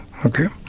Okay